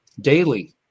daily